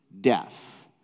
death